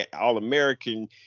all-American